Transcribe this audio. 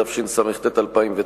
התשס"ט 2009,